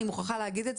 אני מוכרחה להגיד,